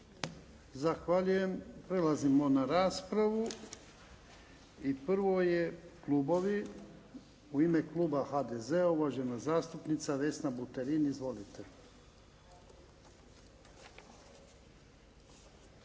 Zahvaljujem. Prelazimo na raspravu. Prvo su klubovi. U ime kluba HDZ-a uvažena zastupnica Vesna Buterin. Izvolite.